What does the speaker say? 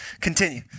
continue